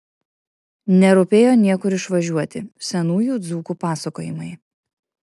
nerūpėjo niekur išvažiuoti senųjų dzūkų pasakojimai